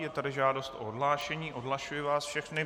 Je tady žádost o odhlášení, odhlašuji vás všechny.